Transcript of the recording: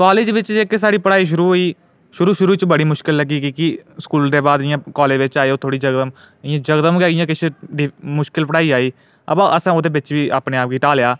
college बिच जेह्की साढ़ी पढाई शुरु होई शुरु शुरु च बड़ी मुश्कल लग्गी क्यो कि स्कूल दे बाद इ'यां कालेज बिच आए इ'यां जकदम गै इ'यां किश मुश्कल पढाई आई अबो असें ओह्दे बिच बी असें अपने आप गी ढालेआ